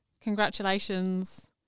Congratulations